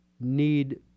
need